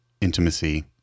intimacy